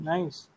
Nice